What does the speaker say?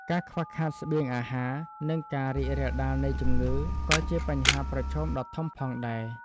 ការខ្វះខាតស្បៀងអាហារ និងការរីករាលដាលនៃជំងឺក៏ជាបញ្ហាប្រឈមដ៏ធំផងដែរ។